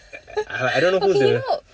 I I don't know who's the